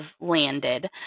landed